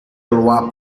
lois